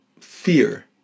fear